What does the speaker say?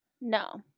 No